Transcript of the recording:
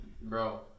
bro